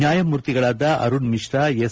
ನ್ವಾಯಮೂರ್ತಿಗಳಾದ Arun Mishra S